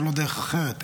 אין לו דרך אחרת.